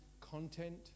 content